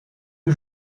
que